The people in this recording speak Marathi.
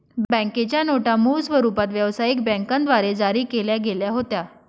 बँकेच्या नोटा मूळ स्वरूपात व्यवसायिक बँकांद्वारे जारी केल्या गेल्या होत्या